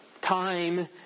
Time